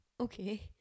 okay